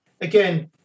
again